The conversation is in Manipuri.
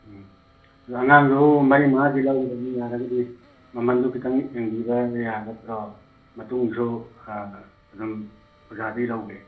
ꯎꯝ ꯑꯗꯨ ꯑꯉꯥꯡꯗꯨ ꯃꯔꯤ ꯃꯉꯥꯒꯤ ꯂꯧꯒꯗꯧꯕꯅꯤ ꯌꯥꯔꯒꯗꯤ ꯃꯃꯟꯗꯨ ꯈꯤꯇꯪ ꯌꯦꯡꯕꯤꯕ ꯌꯥꯒꯗ꯭ꯔꯣ ꯃꯇꯨꯡꯁꯨ ꯑꯗꯨꯝ ꯑꯣꯖꯥꯗꯩ ꯂꯧꯒꯦ